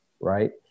right